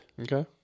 Okay